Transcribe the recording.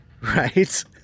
Right